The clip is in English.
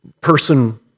person